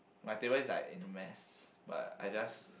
my table is like in a mess but I just